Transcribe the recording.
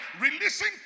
releasing